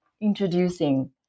introducing